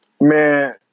man